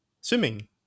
swimming